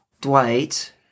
Dwight